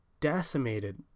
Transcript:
decimated